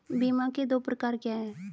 बीमा के दो प्रकार क्या हैं?